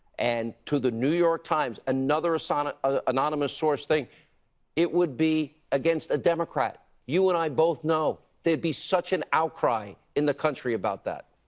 and to the new york times, another so and ah anonymous source, it would be against a democrat, you and i both know, there would be such an outcry in the country about that.